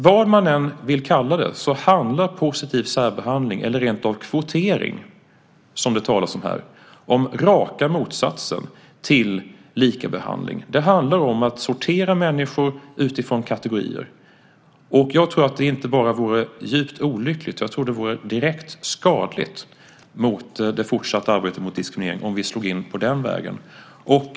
Vad man än vill kalla det handlar positiv särbehandling, eller rentav kvotering som det talas om här, om raka motsatsen till lika behandling. Det handlar om att sortera människor utifrån kategorier. Jag tror att det inte bara vore djupt olyckligt utan direkt skadligt för det fortsatta arbetet mot diskriminering om vi slog in på den vägen.